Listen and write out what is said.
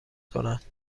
کنند